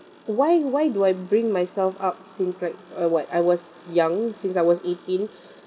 why why do I bring myself up since like uh what I was young since I was eighteen